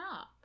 up